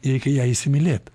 reikia ją įsimylėt